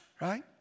right